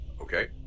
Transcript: Okay